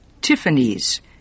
Tiffany's